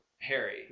Harry